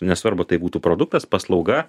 nesvarbu ar tai būtų produktas paslauga